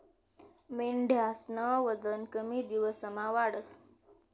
मेंढ्यास्नं वजन कमी दिवसमा वाढस